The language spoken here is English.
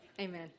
Amen